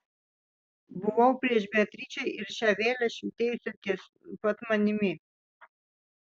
buvau prieš beatričę ir šią vėlę švytėjusią ties pat manimi